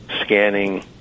scanning